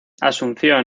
asunción